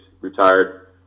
retired